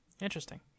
Interesting